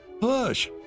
Push